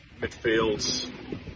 Midfields